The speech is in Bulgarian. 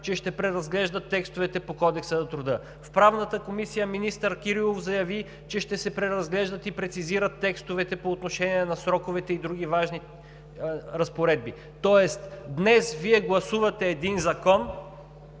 че ще преразглежда текстовете по Кодекса на труда. В Правната комисия министър Кирилов заяви, че ще се преразглеждат и прецизират текстовете по отношение на сроковете и други важни разпоредби. Тоест днес Вие гласувате един закон